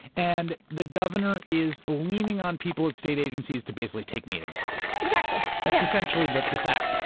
and the governor is leaning on people in state agencies to basically take meetings with him. exactly. that's essentially the the facts.